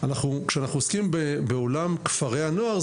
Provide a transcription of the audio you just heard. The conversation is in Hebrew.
כשאנחנו עוסקים בעולם כפרי הנוער,